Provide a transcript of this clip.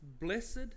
blessed